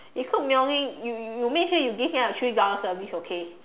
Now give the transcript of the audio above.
it's called mailing you you you make sure you give me a three dollar service okay